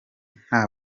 nta